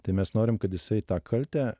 tai mes norim kad jisai tą kaltę